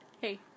Hey